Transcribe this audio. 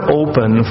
open